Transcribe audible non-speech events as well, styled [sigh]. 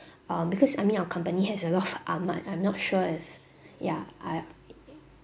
um because I mean our company has a lot of [laughs] ahmad I'm not sure if ya I [noise]